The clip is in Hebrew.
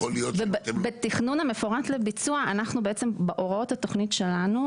בתכנון המפורט לביצוע אנחנו בעצם בהוראות התוכנית שלנו,